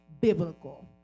biblical